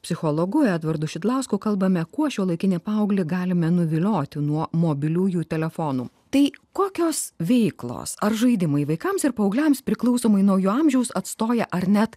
psichologu edvardu šidlausku kalbame kuo šiuolaikinį paauglį galime nuvilioti nuo mobiliųjų telefonų tai kokios veiklos ar žaidimai vaikams ir paaugliams priklausomai nuo jo amžiaus atstoja ar net